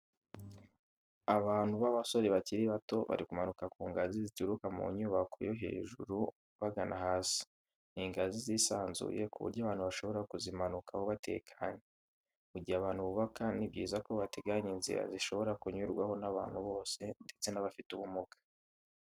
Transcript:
Abantu b'abasore bakiri bato bari kumanuka ku ngazi zituruka mu nyubako yo hejuru bagana hasi, ni ingazi zisanzuye ku buryo abantu bashobora kuzimanukaho batekanye. Mu gihe abantu bubaka ni byiza ko bateganya inzira zishobora kunyurwaho n'abantu bose ndetse n'abafite ubumuga.